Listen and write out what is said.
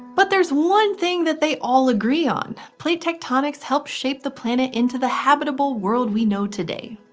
but there's one thing that they all agree on plate tectonics helped shape the planet into the habitable world we know today.